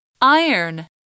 Iron